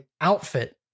outfit